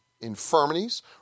infirmities